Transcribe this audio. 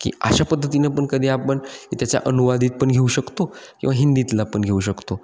की अशा पद्धतीनं पण कधी आपण त्याच्या अनुवादित पण घेऊ शकतो किंवा हिंदीतला पण घेऊ शकतो